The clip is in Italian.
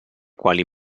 quali